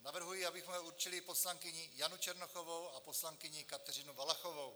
Navrhuji, abychom určili poslankyni Janu Černochovou a poslankyni Kateřinu Valachovou.